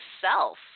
self